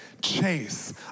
chase